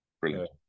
brilliant